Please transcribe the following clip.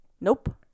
Nope